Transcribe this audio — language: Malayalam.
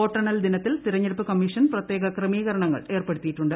വോട്ടെണ്ണൽ ദിനത്തിൽ തിരഞ്ഞെടുപ്പ് കമ്മീഷൻ പ്രത്യേക ക്രമീകരണങ്ങൾ ഏർപ്പെടുത്തിയിട്ടുണ്ട്